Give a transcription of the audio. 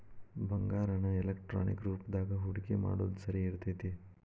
ಬಂಗಾರಾನ ಎಲೆಕ್ಟ್ರಾನಿಕ್ ರೂಪದಾಗ ಹೂಡಿಕಿ ಮಾಡೊದ್ ಸರಿ ಇರ್ತೆತಿ